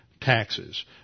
taxes